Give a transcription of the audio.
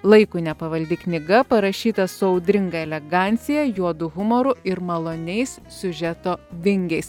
laikui nepavaldi knyga parašyta su audringa elegancija juodu humoru ir maloniais siužeto vingiais